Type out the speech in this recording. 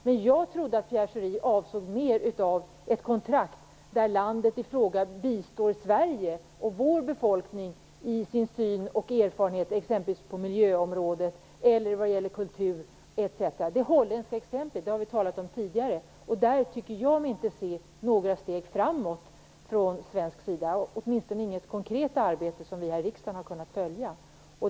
Men jag trodde att Pierre Schori avsåg mer av ett kontrakt där landet i fråga bistår Sverige och vår befolkning med sin syn på och sina erfarenheter av exempelvis mijöområdet eller kulturen etc. Det är det holländska exemplet, det har vi talat om tidigare. På den punkten tycker jag mig inte se några steg framåt från svensk sida, åtminstone inget konkret arbete som vi här i riksdagen har kunnat följa.